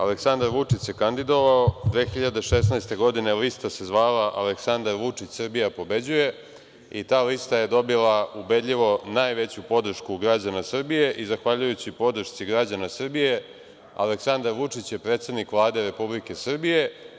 Aleksandar Vučić se kandidovao 2016. godine i lista se zvala Aleksandar Vučić – Srbija pobeđuje i ta lista je dobila ubedljivo najveću podršku građana Srbije i zahvaljujući podršci građana Srbije Aleksandar Vučić je predsednik Vlade Republike Srbije.